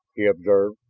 he observed.